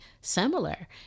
similar